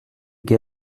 gai